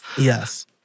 Yes